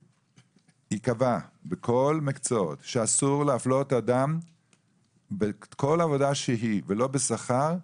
שייקבע בכל המקצועות שאסור להפלות אדם בכל עבודה שהיא ולא בשכר,